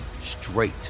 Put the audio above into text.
straight